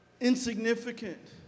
Insignificant